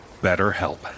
BetterHelp